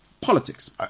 Politics